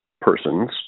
persons